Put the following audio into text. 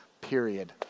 Period